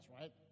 right